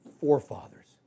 forefathers